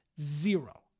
Zero